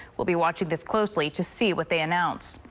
we'll be watching this closely to see what they announce.